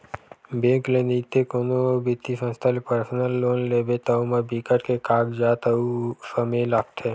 bank ले नइते कोनो अउ बित्तीय संस्था ले पर्सनल लोन लेबे त ओमा बिकट के कागजात अउ समे लागथे